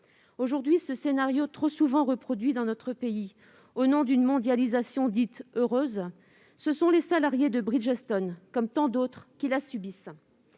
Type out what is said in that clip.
scénario, qui s'est trop souvent reproduit dans notre pays au nom d'une mondialisation dite « heureuse », ce sont les salariés de Bridgestone, après tant d'autres, qui le subissent